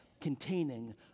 containing